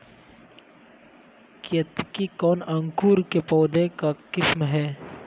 केतकी कौन अंकुर के पौधे का किस्म है?